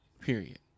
Period